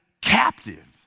captive